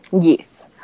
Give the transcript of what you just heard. Yes